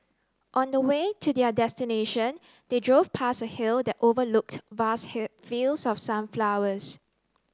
on the way to their destination they drove past a hill that overlooked vast fields of sunflowers